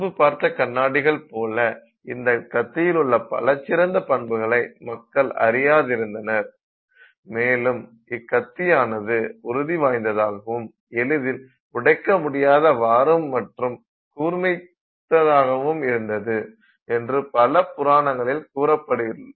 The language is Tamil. முன்புப் பார்த்த கண்ணாடிகள் போல இந்த கத்தியிள்ள பல சிறந்த பண்புகளை மக்கள் அறியாதிருந்தனர் மேலும் இக்கத்தியானது உறுதி வாய்ந்ததகாவும் எளிதில் உடைக்க முடியாத வாரும் மற்றும் கூர்மைமிக்கதாவும் இருந்தது என்று பல புராணங்களில் கூறப்பட்டுள்ளது